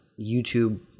YouTube